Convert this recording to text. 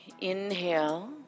inhale